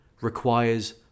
requires